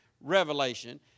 revelation